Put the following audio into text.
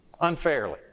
unfairly